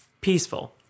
peaceful